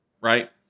right